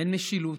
אין משילות,